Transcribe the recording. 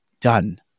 done